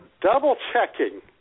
double-checking